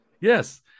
Yes